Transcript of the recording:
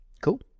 Cool